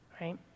Right